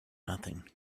nothing